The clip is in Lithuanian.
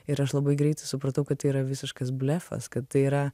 ir aš labai greitai supratau kad tai yra visiškas blefas kad tai yra